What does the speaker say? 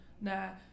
now